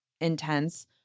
intense